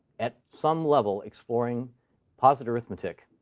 at some level, exploring posit arithmetic.